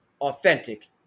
authentic